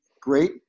Great